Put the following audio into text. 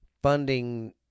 Funding